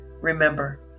Remember